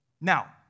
Now